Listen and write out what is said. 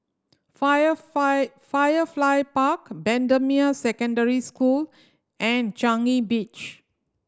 Fire Fire Firefly Park Bendemeer Secondary School and Changi Beach